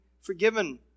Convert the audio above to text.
forgiven